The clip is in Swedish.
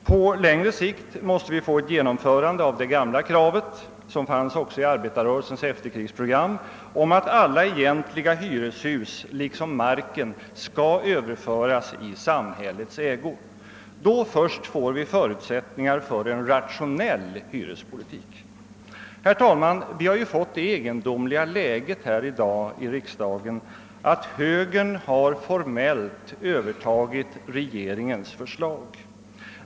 På längre sikt måste det gamla kravet, som också fanns med i arbetarrörelsens efterkrigsprogram, att alla egentliga hyreshus, liksom marken, skall överföras i samhällets ägo, förverkligas. Då först får vi förutsättningar för en rationell hyrespolitik. Herr talman! Det egendomliga läget har uppstått i riksdagen i dag att högern formellt övertagit regeringens förslag.